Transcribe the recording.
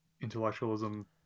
intellectualism